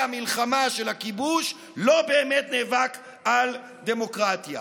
המלחמה של הכיבוש לא באמת נאבק על דמוקרטיה.